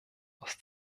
aus